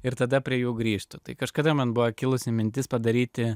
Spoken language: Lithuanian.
ir tada prie jų grįžtu tai kažkada man buvo kilusi mintis padaryti